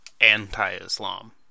anti-Islam